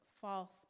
false